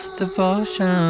devotion